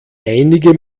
einige